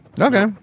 Okay